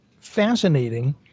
fascinating